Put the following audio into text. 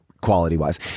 quality-wise